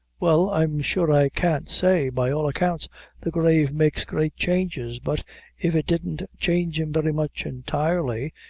well i'm sure i can't say. by all accounts the grave makes great changes, but if it didn't change him very much entirely,